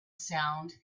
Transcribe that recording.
sound